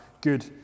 good